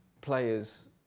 players